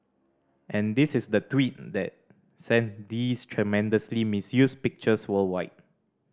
and this is the tweet that sent these tremendously misused pictures worldwide